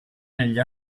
negli